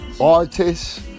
artists